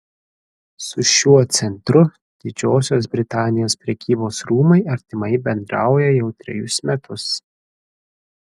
su šiuo centru didžiosios britanijos prekybos rūmai artimai bendrauja jau trejus metus